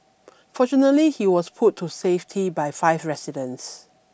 fortunately he was pulled to safety by five residents